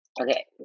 Okay